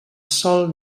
sòl